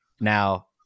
now